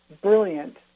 brilliant